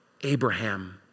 Abraham